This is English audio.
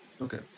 Okay